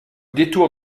détour